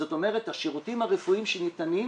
זאת אומרת השירותים הרפואיים שניתנים,